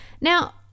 Now